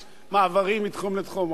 יש מעברים מתחום לתחום.